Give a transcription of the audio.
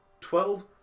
Twelve